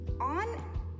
on